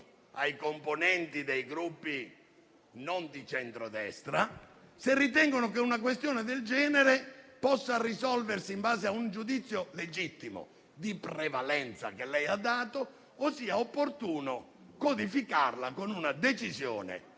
ai componenti dei Gruppi non di centrodestra nel chiedere se ritengono che una questione del genere possa risolversi in base al giudizio legittimo di prevalenza che lei ha dato, o sia opportuno codificarla con una decisione